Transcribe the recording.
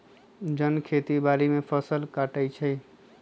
जन खेती बाड़ी में फ़सल काटइ छै